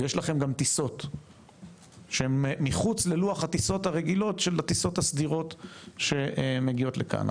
ויש לכם גם טיסות שהן מחוץ ללוח הטיסות הסדירות שמגיעות לכאן,